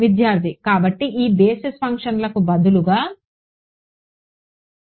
విద్యార్థి కాబట్టి ఈ బేసిస్ ఫంక్షన్లకు బదులుగా సమయం 1136 చూడండి